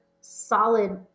solid